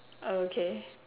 oh okay